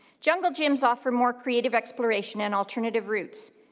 jungle gyms offer more creative exploration and alternative routes.